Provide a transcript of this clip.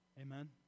Amen